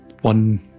one